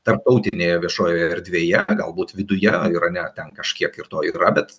tarptautinėje viešojoje erdvėje galbūt viduje irane ar ten kažkiek ir to yra bet